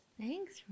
thanks